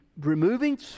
removing